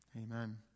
Amen